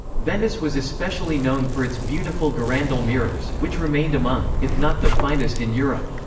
venice was especially known for its beautiful girandole mirrors, which remained among, if not the, finest in europe.